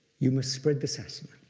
you must spread the sasana,